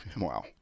wow